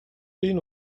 энэ